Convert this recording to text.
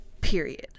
period